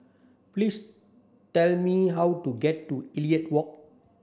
please tell me how to get to Elliot Walk